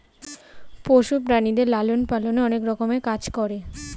পশু প্রাণীদের লালন পালনে অনেক রকমের কাজ করে